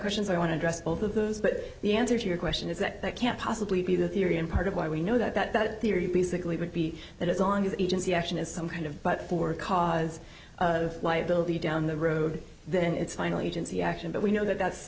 question so i want to address both of those but the answer to your question is that that can't possibly be the theory and part of why we know that that theory basically would be that it's on that agency action is some kind of but for cause of liability down the road then it's finally agency action but we know that that's